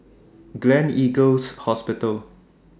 Gleneagles Hospital